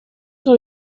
sur